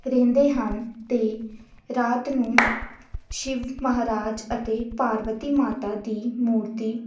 ਰਹਿੰਦੇ ਹਨ ਅਤੇ ਰਾਤ ਨੂੰ ਸ਼ਿਵ ਮਹਾਰਾਜ ਅਤੇ ਪਾਰਵਤੀ ਮਾਤਾ ਦੀ ਮੂਰਤੀ